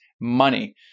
money